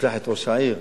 תשלח את ראש העיר,